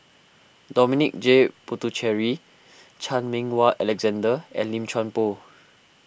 Dominic J Puthucheary Chan Meng Wah Alexander and Lim Chuan Poh